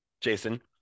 Jason